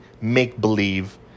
make-believe